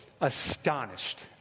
astonished